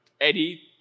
Eddie